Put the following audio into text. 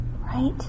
right